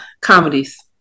comedies